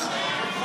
הצבעה.